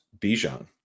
Bijan